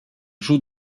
joue